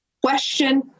question